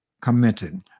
commented